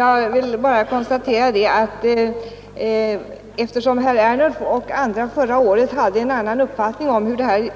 Herr talman! Eftersom herr Ernulf och andra förra året hade en annan uppfattning om hur denna